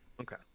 okay